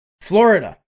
Florida